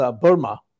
Burma